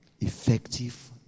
Effective